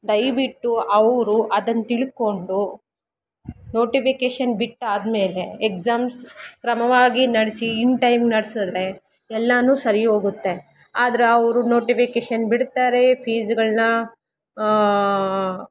ದಯವಿಟ್ಟು ಅವರು ಅದನ್ನು ತಿಳ್ಕೊಂಡು ನೋಟಿಫಿಕೇಶನ್ ಬಿಟ್ಟಾದ್ಮೇಲೆ ಎಕ್ಸಾಮ್ಸ್ ಕ್ರಮವಾಗಿ ನಡೆಸಿ ಇನ್ ಟೈಮ್ ನಡೆಸಿದ್ರೆ ಎಲ್ಲವೂ ಸರಿ ಹೋಗುತ್ತೆ ಆದರೆ ಅವರು ನೋಟಿಫಿಕೇಶನ್ ಬಿಡ್ತಾರೆ ಫೀಸ್ಗಳನ್ನ